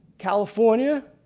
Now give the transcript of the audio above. california,